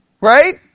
right